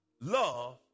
love